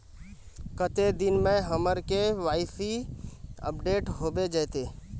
कते दिन में हमर के.वाई.सी अपडेट होबे जयते?